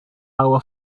hour